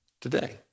today